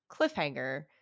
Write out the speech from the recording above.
cliffhanger